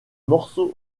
morceau